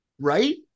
right